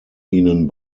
ihnen